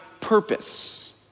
purpose